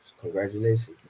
Congratulations